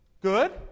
Good